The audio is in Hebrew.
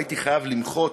הייתי חייב למחות